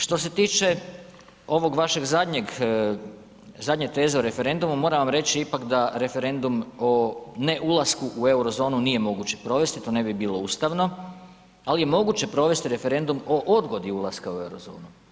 Što se tiče ovog vašeg zadnjeg, zadnje teze o referendumu moram vam reći ipak da referendum o ne ulasku u Eurozonu nije moguće provesti provesti, to ne bi bilo ustavno ali je moguće provesti referendum o odgodi ulaska u Eurozonu.